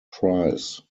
price